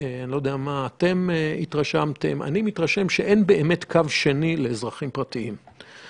אני מתרשם שאין באמת קו שני לאזרחים פרטיים.